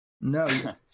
No